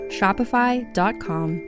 Shopify.com